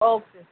okay